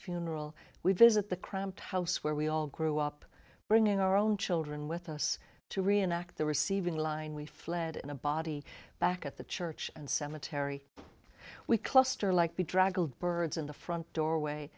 funeral we visit the cramped house where we all grew up bringing our own children with us to reenact the receiving line we fled in a body back at the church and cemetery we cluster like the draggled birds in the front door way